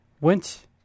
went